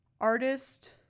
artist